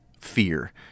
fear